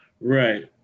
right